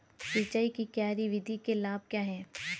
सिंचाई की क्यारी विधि के लाभ क्या हैं?